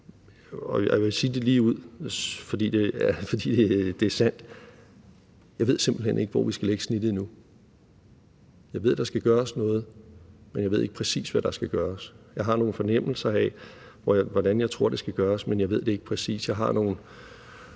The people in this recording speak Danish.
Jeg vil sige det ligeud, fordi det er sandt: Jeg ved simpelt hen ikke, hvor vi skal lægge snittet endnu. Jeg ved, der skal gøres noget, men jeg ved ikke præcis, hvad der skal gøres. Jeg har en fornemmelse af, hvordan jeg tror det skal gøres, men jeg ved det ikke præcis. Jeg har nogle